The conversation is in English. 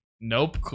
Nope